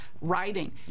writing